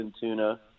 tuna